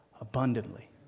abundantly